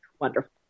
wonderful